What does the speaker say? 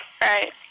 right